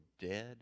dead